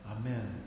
Amen